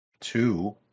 two